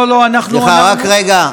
אני לא צריך עזרה.